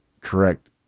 correct